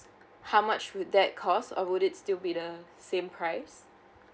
how much will that cost uh would it still be the same price